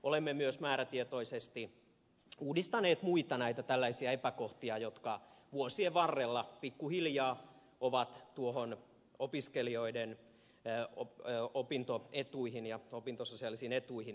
olemme myös määrätietoisesti korjanneet muita tällaisia epäkohtia jotka vuosien varrella pikkuhiljaa ovat opiskelijoiden opintoetuihin ja opintososiaalisiin etuihin jääneet